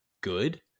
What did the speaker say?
good